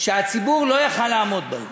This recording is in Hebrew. שהציבור לא יכול היה לעמוד בהן.